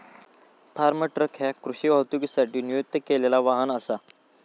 form truck ह्या कृषी वाहतुकीसाठी नियुक्त केलेला वाहन असा